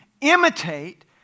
imitate